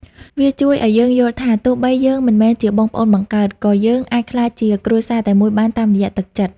វាជួយឱ្យយើងយល់ថា ទោះបីយើងមិនមែនជាបងប្អូនបង្កើត ក៏យើងអាចក្លាយជាគ្រួសារតែមួយបានតាមរយៈទឹកចិត្ត។